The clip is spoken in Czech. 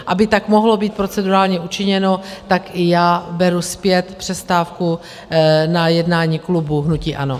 Aby tak mohlo být procedurálně učiněno, tak i já beru zpět přestávku na jednání klubu hnutí ANO.